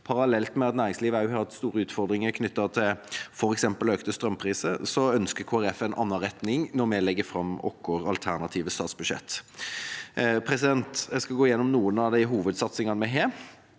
parallelt med at næringslivet har hatt store utfordringer, f.eks. knyttet til økte strømpriser, ønsker Kristelig Folkeparti en annen retning når vi legger fram vårt alternative statsbudsjett. Jeg skal gå gjennom noen av de hovedsatsingene vi har.